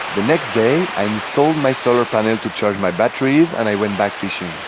the next day, i installed my solar panel to charge my batteries and i went back fishing.